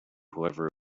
whoever